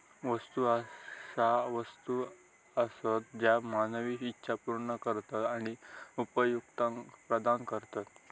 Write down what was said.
वस्तू अशा वस्तू आसत ज्या मानवी इच्छा पूर्ण करतत आणि उपयुक्तता प्रदान करतत